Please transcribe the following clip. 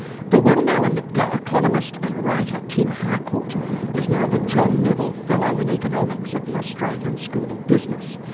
the well-known economist and writer tim harcourt is now the john nevile fellow in economics at the australian school of business.